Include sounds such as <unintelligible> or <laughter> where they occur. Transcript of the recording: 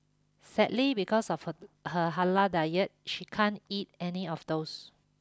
sadly because of <unintelligible> her halal <unintelligible> she can't eat any of those